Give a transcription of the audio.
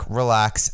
relax